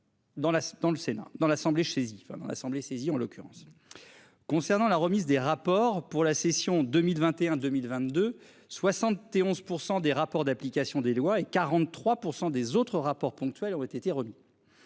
pendant l'assemblée saisie en l'occurrence. Concernant la remise des rapports pour la session 2021, 2022 71 % des rapports d'application des lois et 43% des autres rapports ponctuels été remis.